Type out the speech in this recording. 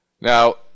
Now